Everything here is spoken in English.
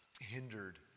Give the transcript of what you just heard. hindered